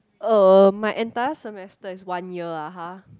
uh my entire semester is one year (uh huh)